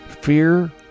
Fear